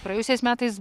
praėjusiais metais